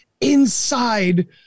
inside